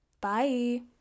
bye